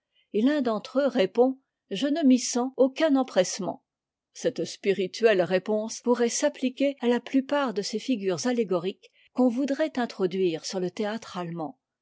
et l'un d'entre eux répond je ne m'y sens aucun émpressement a cette spirituelle réponse pourrait s'appliquer à la plupart de ces figures allégoriques qu'on voudrait introduire sur le théâtre allemand